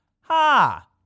Ha